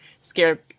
scare